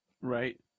Right